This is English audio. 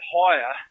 higher